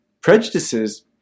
Prejudices